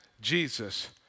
Jesus